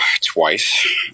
twice